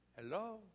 Hello